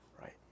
right